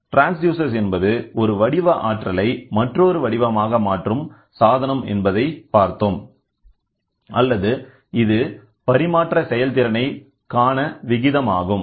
transducer என்பது ஒரு வடிவ ஆற்றலை மற்றொரு வடிவமாக மாற்றும் சாதனம் ஆகும் அல்லது இது பரிமாற்ற செயல்திறனை காண விகிதமாகும்